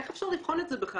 איך אפשר לבחון את זה בכלל?